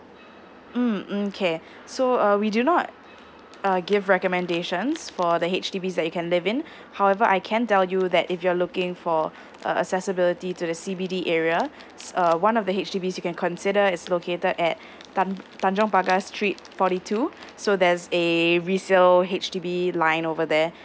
mm okay so uh we do not err give recommendations for the H_D_Bs that you can live in however I can tell you that if you're looking for uh accessibility to the C_B_D area it's uh one of the H_D_Bs you can consider is located at tan~ tanjong pagar street forty two so there's a resale H_D_B line over there